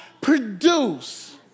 produce